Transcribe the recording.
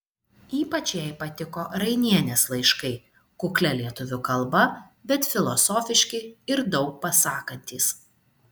ypač jai patiko rainienės laiškai kuklia lietuvių kalba bet filosofiški ir daug pasakantys